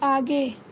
आगे